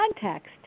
context